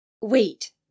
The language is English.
Wait